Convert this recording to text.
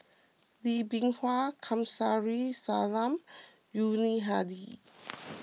Lee Bee Wah Kamsari Salam Yuni Hadi